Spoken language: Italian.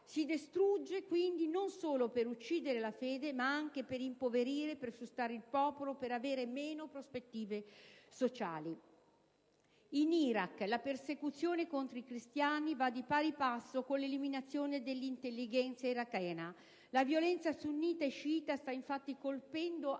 Si distrugge quindi non solo per uccidere la fede, ma anche per impoverire, per frustrare il popolo, per avere meno prospettive sociali. In Iraq la persecuzione contro i cristiani va di pari passo con l'eliminazione dell'intellighenzia irachena. La violenza sunnita e sciita sta infatti colpendo anche